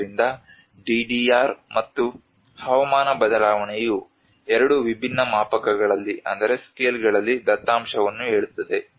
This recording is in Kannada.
ಆದ್ದರಿಂದ DDR ಮತ್ತು ಹವಾಮಾನ ಬದಲಾವಣೆಯು 2 ವಿಭಿನ್ನ ಮಾಪಕಗಳಲ್ಲಿ ದತ್ತಾಂಶವನ್ನು ಹೇಳುತ್ತದೆ